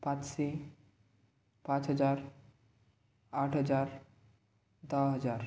पाचशे पाच हजार आठ हजार दहा हजार